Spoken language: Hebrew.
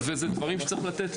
זה דברים שצריכים לתת